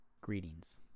Greetings